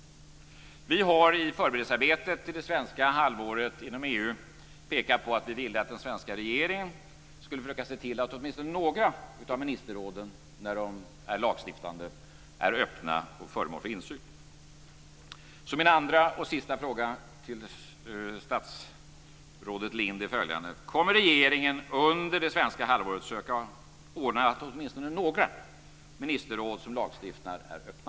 Vi har i förberedelsearbetet för det svenska halvåret inom EU pekat på att vi vill att den svenska regeringen skulle försöka se till att åtminstone några av ministerråden när de är lagstiftande är öppna och föremål för insyn. Min andra och sista fråga till statsrådet Lindh är följande: Kommer regeringen under det svenska halvåret att försöka ordna att åtminstone några ministerråd som lagstiftar är öppna?